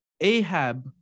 Ahab